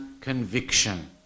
conviction